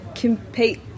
compete